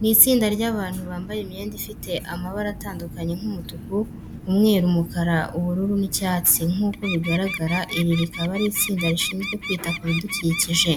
Ni itsinda ry'abantu bambaye imyenda ifite amabara atandukanye nk'umutuku, umweru, umukara, ubururu n'icyatsi. Nkuko bigaragara iri rikaba ari itsinda rishizwe kwita ku bidukikije.